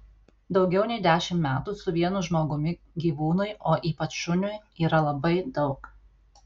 daugiau nei dešimt metų su vienu žmogumi gyvūnui o ypač šuniui yra labai daug